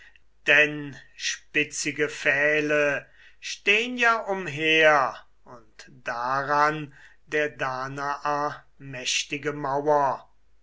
denn spitzige pfähle stehn ja umher und daran der danaer mächtige mauer